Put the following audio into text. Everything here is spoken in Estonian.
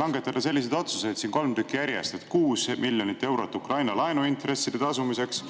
langetada selliseid otsuseid, nagu need siin kolm tükki järjest on: 6 miljonit eurot Ukraina laenuintresside tasumiseks,